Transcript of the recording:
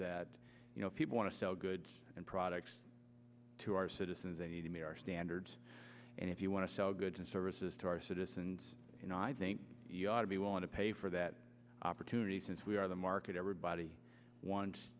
that you know people want to sell goods and products to our citizens they need to be our standards and if you want to sell goods and services to our citizens you know i think we ought to be willing to pay for that opportunity since we are the market everybody wants